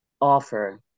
offer